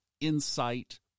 insight